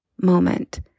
moment